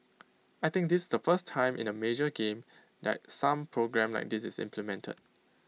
I think this's the first time in the major game that some programme like this is implemented